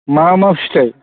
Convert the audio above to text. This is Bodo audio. मा मा फिथाइ